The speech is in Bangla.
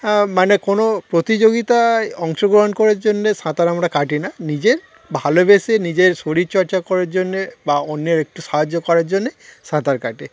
মানে কোনো প্রতিযোগিতায় অংশগ্রহণ করার জন্যে সাঁতার আমরা কাটি না নিজের ভালোবেসে নিজের শরীরচর্চা করার জন্যে বা অন্যের একটু সাহায্য করার জন্যে সাঁতার কাটে